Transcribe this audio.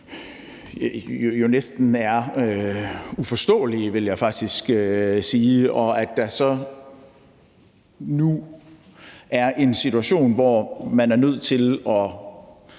jo næsten er uforståelige, vil jeg faktisk sige. At der så nu er en situation, hvor man er nødt til at